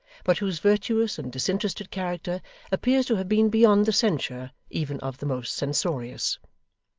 but whose virtuous and disinterested character appears to have been beyond the censure even of the most censorious.